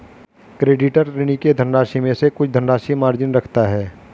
creditor, ऋणी के धनराशि में से कुछ धनराशि मार्जिन रखता है